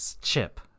chip